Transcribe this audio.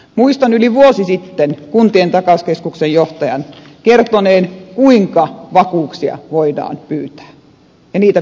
muistan yli vuosi sitten kuntien takauskeskuksen johtajan kertoneen kuinka vakuuksia voidaan pyytää ja niitä pitäisi asettaa